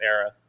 era